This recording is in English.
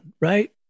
right